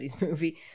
movie